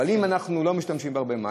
אבל אם אנחנו לא משתמשים בהרבה מים,